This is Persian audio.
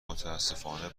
متاسفانه